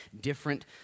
different